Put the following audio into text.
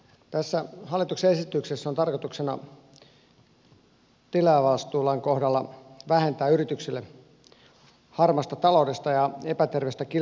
tässä hallituksen esityksessä on tarkoituksena tilaajavastuulain kohdalla vähentää yrityksille harmaasta taloudesta ja epäterveellisestä kilpailusta aiheutuvia haittavaikutuksia